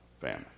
Family